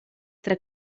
tra